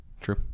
True